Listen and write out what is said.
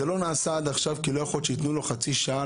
זה לא נעשה עד עכשיו כי לא יכול להיות שיתנו לו חצי שעה